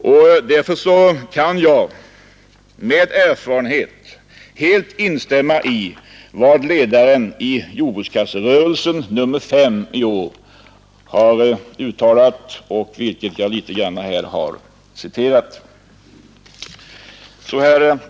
Därför kan jag på grundval av mina erfarenheter helt instämma i vad som uttalats i ledaren i nr 5 av Jordbrukskasserörelsen detta år, av vilken jag har citerat en del.